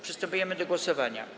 Przystępujemy do głosowania.